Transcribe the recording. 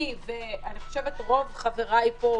אני ורוב חבריי פה,